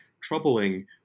troubling